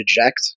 reject